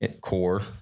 core